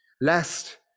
Lest